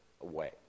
away